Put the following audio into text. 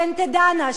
שהן תדענה,